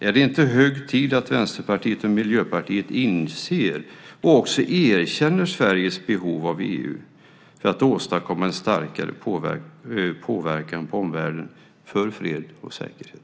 Är det inte hög tid att Vänsterpartiet och Miljöpartiet inser och också erkänner Sveriges behov av EU för att åstadkomma en starkare påverkan på omvärlden för fred och säkerhet?